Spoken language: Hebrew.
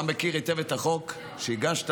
אתה מכיר היטב את החוק שהגשת,